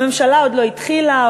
הממשלה עוד לא התחילה,